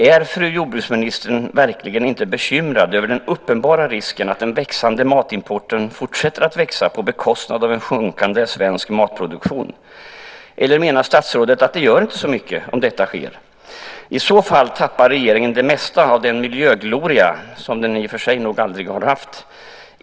Är fru jordbruksministern verkligen inte bekymrad över den uppenbara risken att den växande matimporten fortsätter att växa på bekostnad av en sjunkande svensk matproduktion? Eller menar statsrådet att det inte gör så mycket om detta sker? I så fall tappar regeringen det mesta av den miljögloria som den i och för sig nog aldrig har haft.